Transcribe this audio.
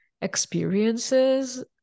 experiences